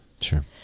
Sure